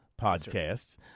Podcasts